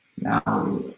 Now